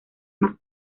más